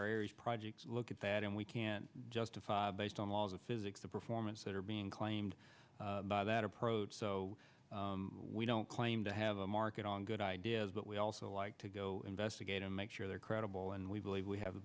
our projects look at that and we can justify based on laws of physics the performance that are being claimed by that approach so we don't claim to have a market on good ideas but we also like to go investigate and make sure they're credible and we believe we have the